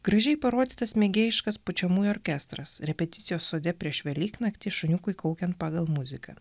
gražiai parodytas mėgėjiškas pučiamųjų orkestras repeticijos sode prieš velyknaktį šuniukui kaukiant pagal muziką